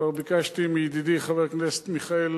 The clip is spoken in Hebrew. כבר ביקשתי מידידי חבר הכנסת מיכאל